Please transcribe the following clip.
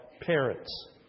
parents